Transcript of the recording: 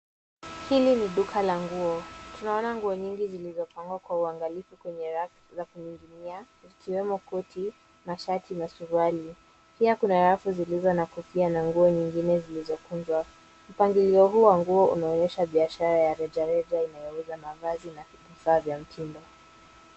Hili ni duka la nguo. Tunaona nguo nyingi zilizopangwa kwa uangalifu kwenye rafu za kuning'inia ikiwemo koti, masharti na suruali. Pia kuna rafu zilizo na kofia na nguo nyingine zilizokunjwa. Mpanglio huo wa nguo unaonyesha biashara ya rejareja inayouza mavazi na vivaa vya mtindo.